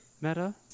Meta